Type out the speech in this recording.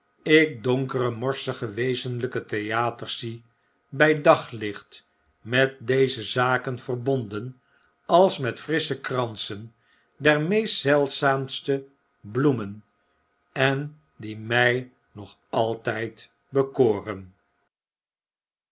ik donkere morsige wezenljjke theaters zie by daglicht met deze zaken verbonden als met frissche kransen der meest zeldzaamste bloemen en die my nog altyd bekoren